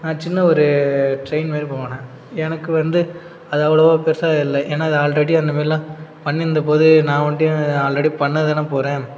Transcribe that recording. நான் சின்ன ஒரு ட்ரெயின் மாதிரி பண்ணேன் எனக்கு வந்து அது அவ்ளோவாக பெருசாக இல்லை ஏன்னா ஆல்ரெடி அந்தமாரிலாம் பண்ணிருந்தபோது நான் ஒன்டியும் ஆல்ரெடி பண்ணதானே போகறேன்